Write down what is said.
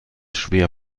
schwer